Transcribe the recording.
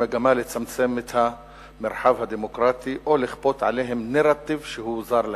במגמה לצמצם את המרחב הדמוקרטי או לכפות עליהם נרטיב שהוא זר להם.